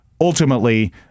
ultimately